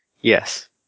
Yes